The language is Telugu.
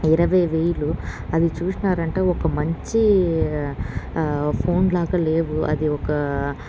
ఇరవై వేలు అది చూసినారంటే ఒక మంచి ఫోన్లాగా లేవు అది ఒక